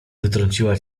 wytrąciła